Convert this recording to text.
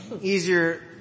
easier